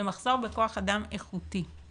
ומחסור בכח אדם איכותי.